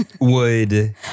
would-